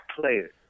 players